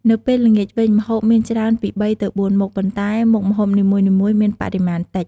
នៅពេលល្ងាចវិញ ម្ហូបមានច្រើន ពី ៣ ទៅ ៤ មុខ ប៉ុន្តែមុខម្ហូបនីមួយៗមានបរិមាណតិច។